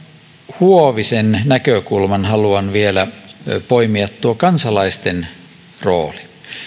huovisen näkökulman haluan vielä poimia tuon kansalaisten roolin